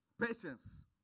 patience